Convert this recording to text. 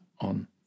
on